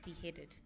beheaded